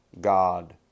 God